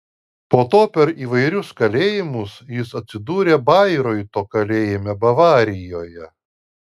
po to per įvairius kalėjimus jis atsidūrė bairoito kalėjime bavarijoje